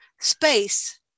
space